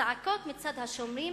וצעקות מצד השומרים,